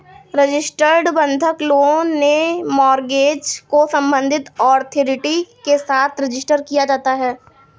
registered बंधक loan में mortgage को संबंधित अथॉरिटी के साथ रजिस्टर किया जाता है